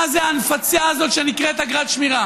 מה זה ההנפצה הזאת שנקראת אגרת שמירה?